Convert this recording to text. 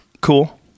cool